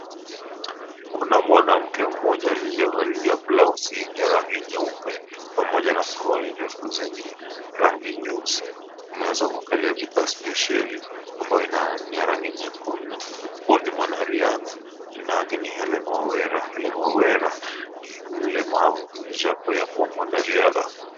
Kuna mwanamke mmoja aliyevalia blausi enye rangi ya yeupe pamoja na suruali ndefu zenye rangi nyeusi. Amekaa bidhaa spesheli amboyo ni ya rangi nyekundu. Huyu ni mwanariatha, jina lake ni Hellen Wawira. Hellen Wawira ni mlemavu japo ya kuwa mwanariatha.